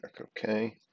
okay